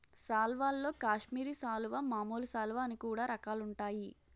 సాల్వల్లో కాశ్మీరి సాలువా, మామూలు సాలువ అని కూడా రకాలుంటాయి